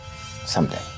Someday